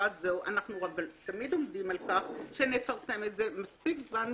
אבל אנחנו תמיד עומדים על כך שנפרסם את זה מספיק זמן מראש,